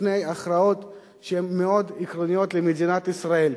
לפני הכרעות מאוד עקרוניות למדינת ישראל,